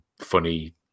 funny